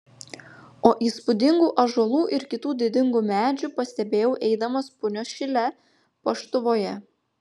o įspūdingų ąžuolų ir kitų didingų medžių pastebėjau eidamas punios šile paštuvoje